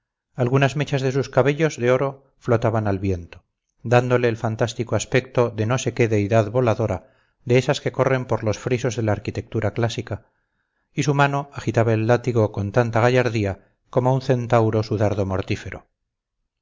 algunas mechas de sus cabellos de oro flotaban al viento dándole el fantástico aspecto de no sé qué deidad voladora de esas que corren por los frisos de la arquitectura clásica y su mano agitaba el látigo con tanta gallardía como un centauro su dardo mortífero